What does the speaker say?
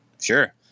Sure